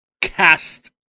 Cast